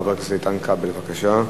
חבר הכנסת איתן כבל, בבקשה.